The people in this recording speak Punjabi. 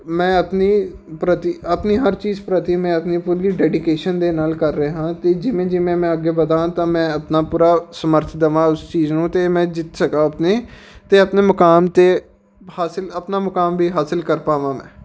ਮੈਂ ਆਪਣੀ ਪ੍ਰਤੀ ਆਪਣੀ ਹਰ ਚੀਜ਼ ਪ੍ਰਤੀ ਮੈਂ ਆਪਣੀ ਪੂਰੀ ਡੈਡੀਕੇਸ਼ਨ ਦੇ ਨਾਲ ਕਰ ਰਿਹਾ ਹਾਂ ਅਤੇ ਜਿਵੇਂ ਜਿਵੇਂ ਮੈਂ ਅੱਗੇ ਵਧਾ ਹਾਂ ਤਾਂ ਮੈਂ ਆਪਣਾ ਪੂਰਾ ਸਮਰਥ ਦੇਵਾਂ ਉਸ ਚੀਜ਼ ਨੂੰ ਅਤੇ ਮੈਂ ਜਿੱਤ ਸਕਾਂ ਆਪਣੇ ਅਤੇ ਆਪਣੇ ਮੁਕਾਮ 'ਤੇ ਹਾਸਿਲ ਆਪਣਾ ਮੁਕਾਮ ਵੀ ਹਾਸਿਲ ਕਰ ਪਾਵਾਂ ਮੈਂ